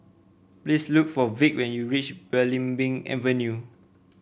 please look for Vic when you reach Belimbing Avenue